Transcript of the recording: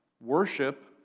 worship